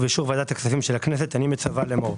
ובאישור ועדת הכספים של הכנסת, אני מצווה לאמור: